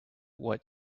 what